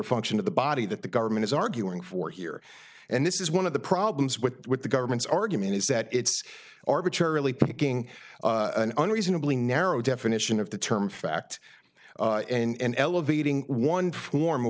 a function of the body that the government is arguing for here and this is one of the problems with the government's argument is that it's arbitrarily picking an unreasonably narrow definition of the term fact and elevating one form a